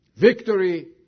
Victory